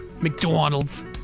McDonald's